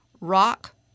rock